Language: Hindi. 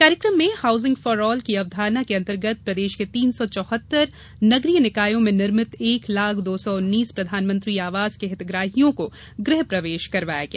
कार्यक्रम में हाउसिंग फॉर ऑल की अवधारणा के अंतर्गत प्रदेश के तीन सौ चौहत्तर नगरीय निकायों में निर्मित एक लाख दो सौ उन्नीस प्रधानमंत्री आवास में हितग्राहियों को गृह प्रवेश करवाया गया